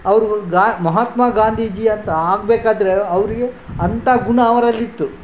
ಅವರು ಗಾ ಮಹಾತ್ಮಾ ಗಾಂಧೀಜಿ ಅಂತ ಆಗಬೇಕಾದ್ರೆ ಅವರಿಗೆ ಅಂಥ ಗುಣ ಅವರಲ್ಲಿತ್ತು